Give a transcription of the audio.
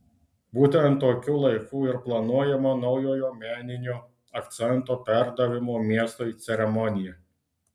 būtent tokiu laiku ir planuojama naujojo meninio akcento perdavimo miestui ceremonija